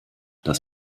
dass